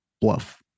bluff